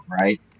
right